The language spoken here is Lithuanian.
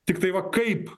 tiktai va kaip